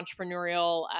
entrepreneurial